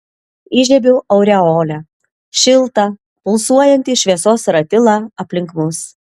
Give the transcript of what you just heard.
įžiebiu aureolę šiltą pulsuojantį šviesos ratilą aplink mus